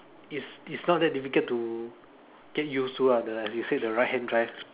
is is not that difficult to get used to lah the as you say the right hand drive